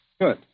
Good